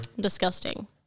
disgusting